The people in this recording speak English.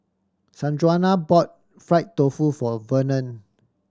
Sanjuana bought fried tofu for Vernon